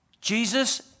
Jesus